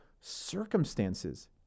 circumstances